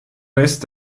rest